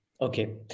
Okay